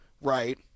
right